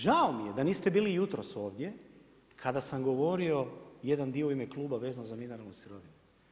Žao mi je da niste bili jutros ovdje kada sam govorio jedan dio u ime kluba vezano za mineralnu sirovinu.